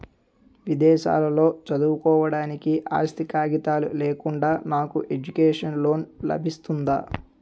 విదేశాలలో చదువుకోవడానికి ఆస్తి కాగితాలు లేకుండా నాకు ఎడ్యుకేషన్ లోన్ లబిస్తుందా?